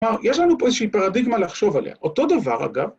‫כלומר, יש לנו פה ‫איזושהי פרדיגמה לחשוב עליה. ‫אותו דבר, אגב...